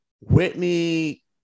Whitney